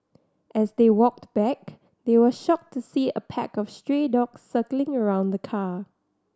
as they walked back they were shocked to see a pack of stray dogs circling around the car